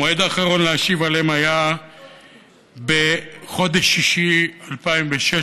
המועד האחרון להשיב עליהן היה בחודש השישי 2016,